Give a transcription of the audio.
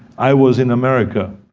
i was in america.